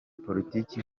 politiki